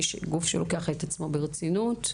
גוף שלוקח את עצמו ברצינות,